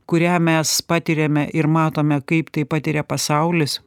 kurią mes patiriame ir matome kaip tai patiria pasaulis